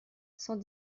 cent